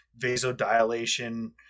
vasodilation